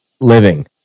living